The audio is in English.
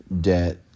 debt